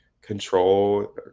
control